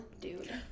dude